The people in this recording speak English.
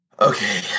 Okay